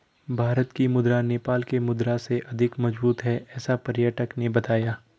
भारत की मुद्रा नेपाल के मुद्रा से अधिक मजबूत है ऐसा पर्यटक ने बताया